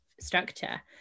structure